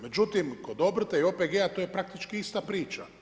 Međutim, kod obrta i OPG-a to je praktički ista priča.